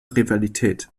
rivalität